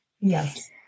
Yes